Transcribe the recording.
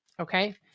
Okay